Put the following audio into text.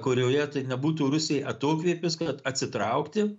kurioje tai nebūtų rusijai atokvėpis kad atsitraukti